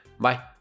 Bye